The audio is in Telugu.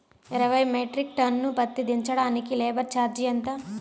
ఇరవై మెట్రిక్ టన్ను పత్తి దించటానికి లేబర్ ఛార్జీ ఎంత?